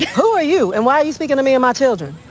who are you and why are you speaking to me or my children?